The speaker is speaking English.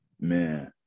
Man